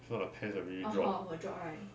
if not the pants will really drop